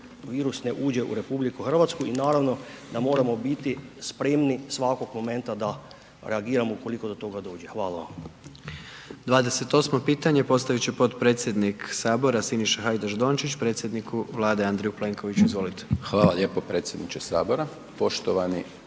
ne uđe u RH. I naravno da moramo biti spremni svakog momenta da reagiramo ukoliko do toga dođe. **Jandroković, Gordan (HDZ)** 28. pitanje postaviti će potpredsjednik Sabora Siniša Hajdaš Dončić, predsjedniku Vlade Andreju Plenkoviću. Izvolite. **Hajdaš Dončić, Siniša